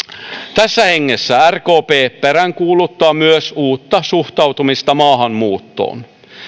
tässä hengessä rkp peräänkuuluttaa myös uutta suhtautumista maahanmuuttoon